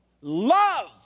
love